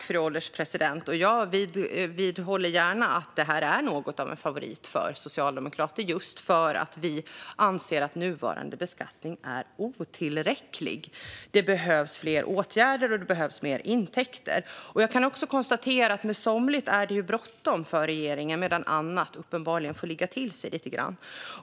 Fru ålderspresident! Jag vidgår gärna att detta är något av en favorit för oss socialdemokrater just för att vi anser att nuvarande beskattning är otillräcklig. Det behövs fler åtgärder, och det behövs mer intäkter. Med somligt är det ju bråttom för regeringen medan annat uppenbarligen får ligga till sig lite grann.